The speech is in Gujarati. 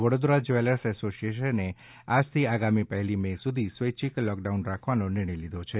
વડદરો જ્વેલર્સ એસોસિએશને આજથી આગામી પહેલી મે સુધી સ્વૈચ્છિક લોકડાઉન રાખવાનો નિર્ણય લીધો છે